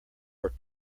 were